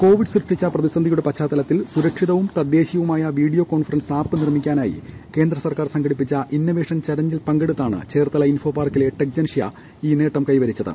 Covid സൃഷ്ടിച്ച പ്രതിസന്ധിയുടെ പശ്ചാത്തലത്തിൽ സുരക്ഷിതവും തദ്ദേശീയവുമായ വീഡിയോ കോൺഫറൻസ് ആപ്പ് നിർമിക്കാനായി കേന്ദ്രസർക്കാർ സംഘടിപ്പിച്ചു ഇന്നവേഷൻ ചലഞ്ചിൽ പങ്കെടുത്താണ് ചേർത്തല ഇൻഫോപാർക്കിലെ ടെക്ജൻഷൃ ഈ നേട്ടം കൈവരിച്ചത്